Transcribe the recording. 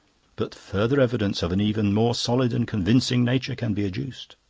but further evidence of an even more solid and convincing nature can be adduced.